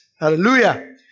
Hallelujah